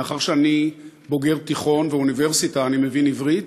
מאחר שאני בוגר תיכון ואוניברסיטה אני מבין עברית,